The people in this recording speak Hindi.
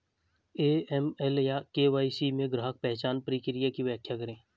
ए.एम.एल या के.वाई.सी में ग्राहक पहचान प्रक्रिया की व्याख्या करें?